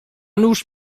nuż